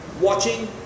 watching